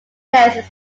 lenses